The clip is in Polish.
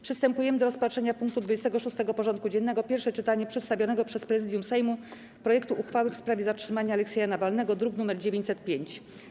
Przystępujemy do rozpatrzenia punktu 26. porządku dziennego: Pierwsze czytanie przedstawionego przez Prezydium Sejmu projektu uchwały w sprawie zatrzymania Aleksieja Nawalnego (druk nr 905)